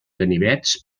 ganivets